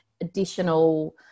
additional